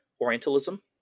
Orientalism